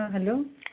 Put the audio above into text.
ହଁ ହେଲୋ